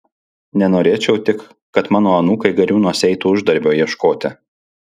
nenorėčiau tik kad mano anūkai gariūnuose eitų uždarbio ieškoti